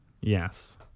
Yes